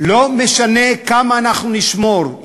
לא משנה כמה אנחנו נשמור,